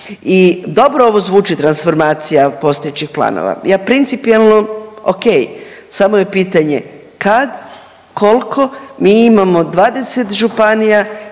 dobro ovo zvuči, transformacija postojećih planova. Ja principijelno, okej, samo je pitanje kad, koliko? Mi imamo 20 županija,